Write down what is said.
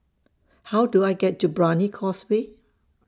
How Do I get to Brani Causeway